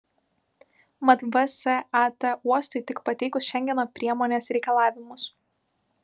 mat vsat uostui tik pateikusi šengeno priemonės reikalavimus